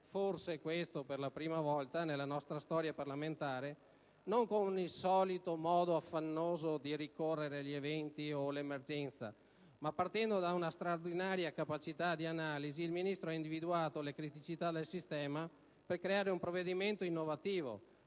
forse per la prima volta nella nostra storia parlamentare, non con il solito modo affannoso di rincorrere gli eventi o l'emergenza, ma, partendo da una straordinaria capacità di analisi, il Ministro ha individuato le criticità del sistema per varare un provvedimento innovativo,